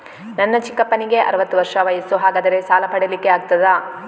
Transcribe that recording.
ನನ್ನ ಚಿಕ್ಕಪ್ಪನಿಗೆ ಅರವತ್ತು ವರ್ಷ ವಯಸ್ಸು, ಹಾಗಾದರೆ ಸಾಲ ಪಡೆಲಿಕ್ಕೆ ಆಗ್ತದ?